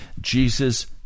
Jesus